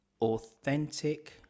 authentic